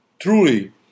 truly